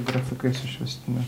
grafikais išvestine